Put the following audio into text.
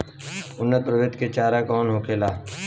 उन्नत प्रभेद के चारा कौन होला?